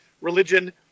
religion